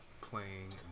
playing